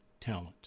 talent